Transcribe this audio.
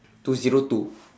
two zero two